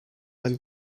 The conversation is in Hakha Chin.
kan